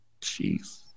jeez